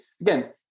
again